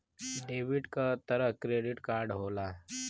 डेबिटे क तरह क्रेडिटो कार्ड होला